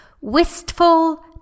Wistful